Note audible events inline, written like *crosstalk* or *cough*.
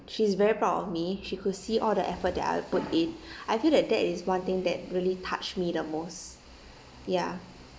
she's very proud of me she could see all the effort that I put in *breath* I feel that that is one thing that really touched me the most ya